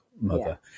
mother